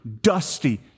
dusty